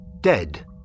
dead